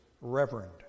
reverend